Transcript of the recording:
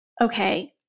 okay